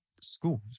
schools